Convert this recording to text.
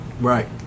Right